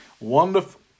wonderful